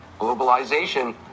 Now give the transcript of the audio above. Globalization